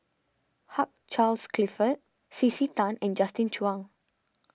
Hugh Charles Clifford C C Tan and Justin Zhuang